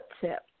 tip